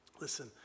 Listen